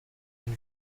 and